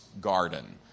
garden